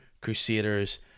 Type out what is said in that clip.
Crusaders